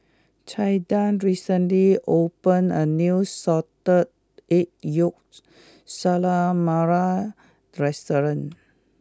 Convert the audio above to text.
Caiden recently opened a new Salted Egg Yolk Calamari restaurant